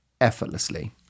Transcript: effortlessly